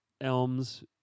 Elms